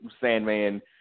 Sandman